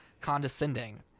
condescending